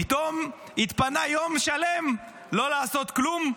פתאום התפנה יום שלם לא לעשות כלום?